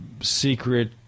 secret